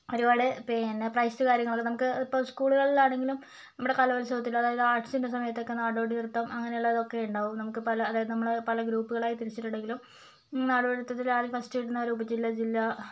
ഒരുപാട് പിന്നെ പ്രൈസ്സ് കാര്യങ്ങൾ നമുക്ക് ഇപ്പോൾ സ്ക്കൂളുകൾ നമ്മുടെ കലോത്സവത്തില് അതായത് ആർട്ട്സിൻ്റെ സമയത്തതൊക്കെ നാടോടിനൃത്തം അങ്ങനെയുള്ളതൊക്കെയുണ്ടാവും നമുക്ക് പല അതായത് നമ്മള് പല ഗ്രൂപ്പുകളായി തിരിച്ചിട്ടുണ്ടെങ്കിലും നാടോടിനൃത്തത്തിൽ ആര് ഫസ്റ്റ് വരുന്നോ അവര് ഉപജില്ല ജില്ല